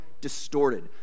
distorted